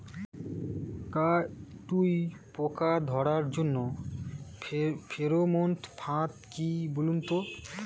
কাটুই পোকা ধরার জন্য ফেরোমন ফাদ কি বলুন তো?